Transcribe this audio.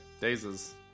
Dazes